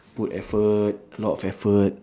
put effort a lot of effort